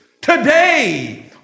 today